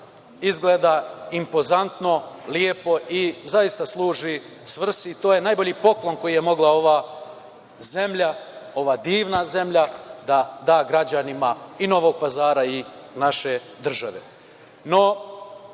izgleda impozantno, lepo i zaista služi svrsi i to je najbolji poklon koji je mogla ova zemlja, ova divna zemlja da, da građanima i Novog Pazara i nađe države.No,